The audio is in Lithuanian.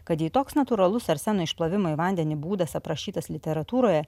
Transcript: kad jau toks natūralus arseno išplovimo į vandenį būdas aprašytas literatūroje